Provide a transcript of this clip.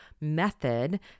method